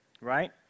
right